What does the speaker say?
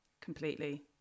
completely